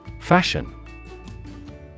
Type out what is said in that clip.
Fashion